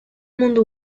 mundu